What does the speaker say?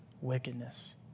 wickedness